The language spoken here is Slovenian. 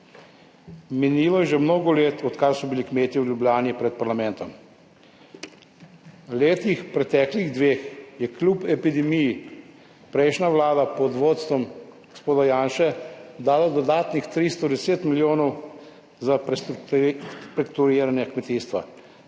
Minilo je že mnogo let, odkar so bili kmetje v Ljubljani pred parlamentom. V preteklih dveh letih je kljub epidemiji prejšnja vlada pod vodstvom gospoda Janše dala dodatnih 310 milijonov za prestrukturiranje kmetijstva.